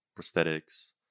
prosthetics